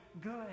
good